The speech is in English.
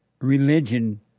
religion